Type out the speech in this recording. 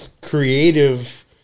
creative